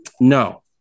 No